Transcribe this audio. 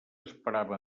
esperava